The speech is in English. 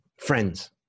friends